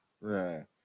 Right